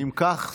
אם כך,